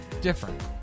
different